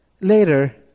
later